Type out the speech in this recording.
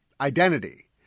identity